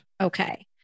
Okay